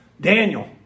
Daniel